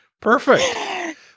Perfect